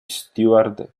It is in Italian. steward